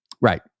Right